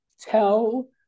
tell